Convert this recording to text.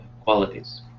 qualities